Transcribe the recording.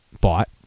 bought